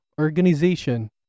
organization